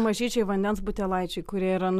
mažyčiai vandens butelaičiai kurie yra